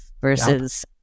versus